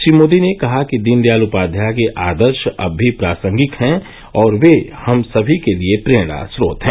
श्री मोदी ने कहा कि दीनदयाल उपाध्याय के आदर्श अब भी प्रासंगिक हैं और वे हम समी के लिए प्रेरणा स्रोत हैं